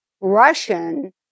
Russian